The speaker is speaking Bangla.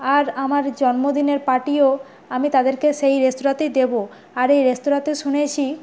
আর আমার জন্মদিনের পার্টিও আমি তাদেরকে সেই রেস্তোরাঁতেই দেবো আর এই রেস্তোরাঁতে শুনেছি